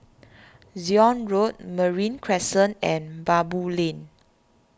Zion Road Marine Crescent and Baboo Lane